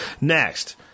Next